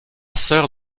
sœur